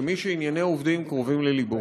כמי שענייני העובדים קרובים ללבו,